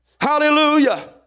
Hallelujah